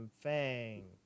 Fang